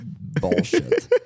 Bullshit